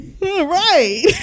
Right